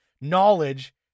knowledge